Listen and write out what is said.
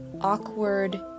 awkward